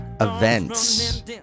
events